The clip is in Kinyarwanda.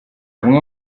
umwe